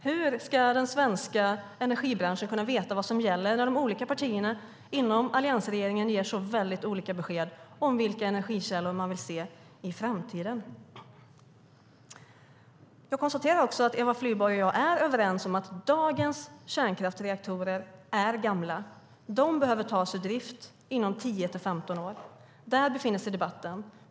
Hur ska den svenska energibranschen kunna veta vad som gäller när de olika partierna i Alliansregeringen ger så olika besked om vilka energikällor man vill se i framtiden? Jag konstaterar också att Eva Flyborg och jag är överens om att dagens kärnkraftsreaktorer är gamla. De behöver tas ur drift inom 10-15 år. Där befinner sig debatten.